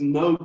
no